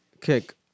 Kick